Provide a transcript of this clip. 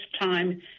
time